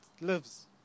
lives